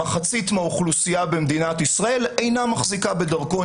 מחצית האוכלוסייה במדינת ישראל אינה מחזיקה בדרכון